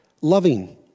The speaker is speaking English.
Loving